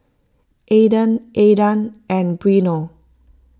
Adan Aidan and Brennon